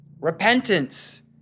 repentance